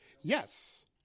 Yes